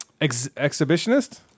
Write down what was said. Exhibitionist